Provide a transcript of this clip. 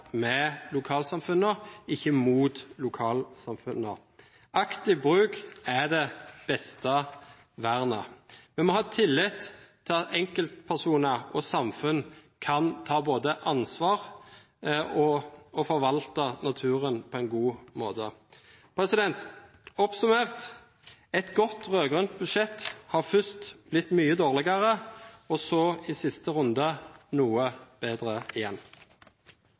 med lokalsamfunnene og ikke mot lokalsamfunnene. Aktiv bruk er det beste vernet. Vi må ha tillit til at enkeltpersoner og samfunn både kan ta ansvar og forvalte naturen på en god måte. Oppsummert: Et godt rød-grønt budsjett har først blitt mye dårligere, og så – i siste runde – blitt noe bedre igjen.